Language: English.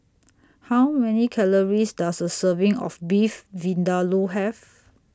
How Many Calories Does A Serving of Beef Vindaloo Have